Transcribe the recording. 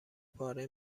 پاره